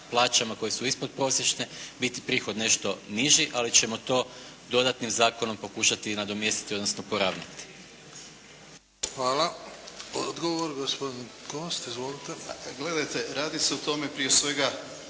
plaćama koje su ispod prosječne biti prihod nešto niži, ali ćemo to dodatnim zakonom pokušati nadomjestiti odnosno poravnati.